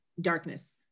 darkness